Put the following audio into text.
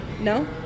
No